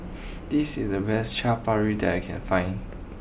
this is the best Chaat Papri that I can find